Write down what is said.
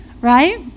right